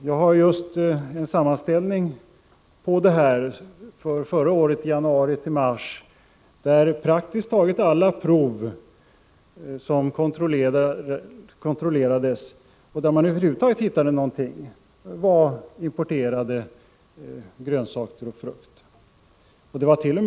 Jag har en sammanställning över detta från januari till mars förra året, som visar att praktiskt taget alla prov av dem som kontrollerades och där man över huvud taget hittade någonting var från importerade grönsaker och frukter.